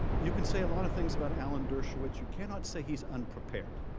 you can say a lot of things about alan dershowitz, you cannot say he's unprepared.